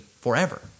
forever